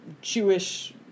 Jewish